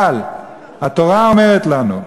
אבל התורה אומרת לנו: